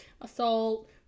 Assault